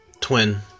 twin